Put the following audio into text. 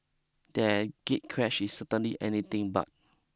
their gatecrash is certainly anything but